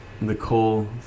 Nicole